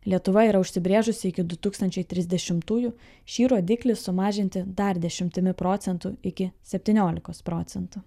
lietuva yra užsibrėžusi iki du tūkstančiai trisdešimtųjų šį rodiklį sumažinti dar dešimtimi procentų iki septyniolikos procentų